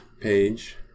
page